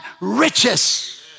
riches